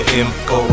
info